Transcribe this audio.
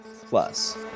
plus